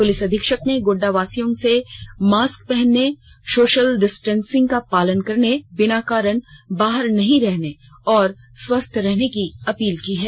police अधीक्षक ने गोंड्डा वासियों से मास्क पहनने सोशल डिस्टेसिंग का पालन करने बिना कारण बाहर नहीं निकलने और स्वस्थ रहने की अपील की है